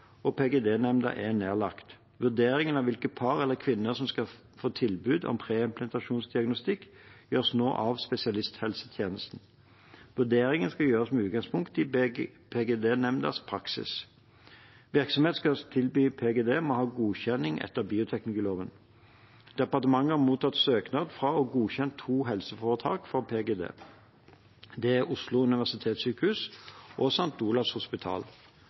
og PGD-nemnda er nedlagt. Vurderingen av hvilke par eller kvinner som skal få tilbud om preimplantasjonsdiagnostikk, gjøres nå av spesialisthelsetjenesten. Vurderingen skal gjøres med utgangspunkt i PGD-nemndas praksis. Virksomheter som skal tilby PGD, må ha godkjenning etter bioteknologiloven. Departementet har mottatt søknad fra og godkjent to helseforetak for PGD. Det er Oslo universitetssykehus og St. Olavs hospital.